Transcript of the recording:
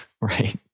right